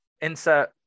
insert